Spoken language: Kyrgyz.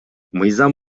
мыйзам